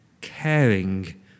caring